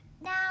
Now